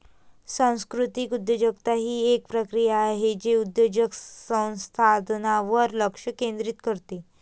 सांस्कृतिक उद्योजकता ही एक प्रक्रिया आहे जे उद्योजक संसाधनांवर लक्ष केंद्रित करते